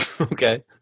Okay